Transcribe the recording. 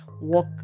walk